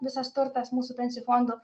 visas turtas mūsų pensijų fondų